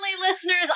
listeners